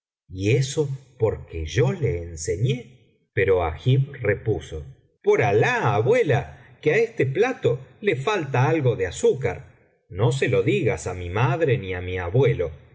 y eso porque yo le enseñé pero agib repuso por alah abuela que á este plato le falta algo de azúcar no se lo digas á mi madre ni á mi abuelo